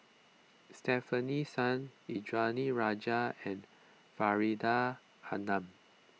Stefanie Sun Indranee Rajah and Faridah Hanum